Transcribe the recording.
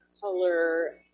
color